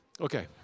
Okay